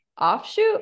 offshoot